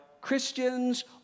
Christians